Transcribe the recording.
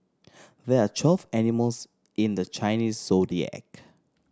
there are twelve animals in the Chinese Zodiac